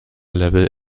level